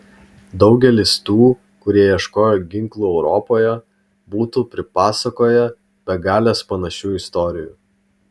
daugelis tų kurie ieškojo ginklų europoje būtų pripasakoję begales panašių istorijų